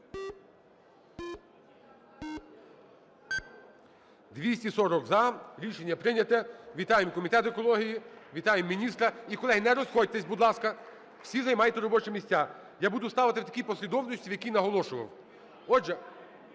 За-240 Рішення прийнято. Вітаємо комітет екології, вітаємо міністра. І, колеги, не розходьтеся, будь ласка, всі займайте робочі місця. Я буду ставити в такій послідовності, в якій наголошував.